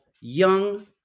young